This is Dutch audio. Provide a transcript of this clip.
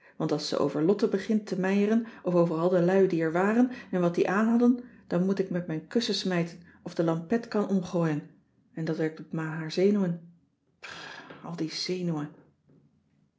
want als ze over lotte begint te meieren of over al de lui die er waren en wat die aanhadden dan moet ik met mijn kussen smijten of de lampetkan omgooien en dat werkt op ma haar zenuwen brr al die zenuwen